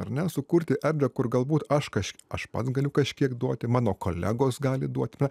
ar ne sukurti erdvę kur galbūt aš kaš aš pats galiu kažkiek duoti mano kolegos gali duoti man